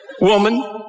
Woman